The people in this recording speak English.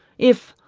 if,